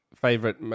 favorite